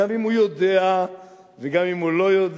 גם אם הוא יודע וגם אם הוא לא יודע,